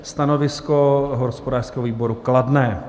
Stanovisko hospodářského výboru: kladné.